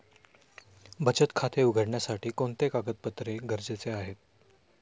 बचत खाते उघडण्यासाठी कोणते कागदपत्रे गरजेचे आहे?